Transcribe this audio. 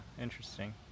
interesting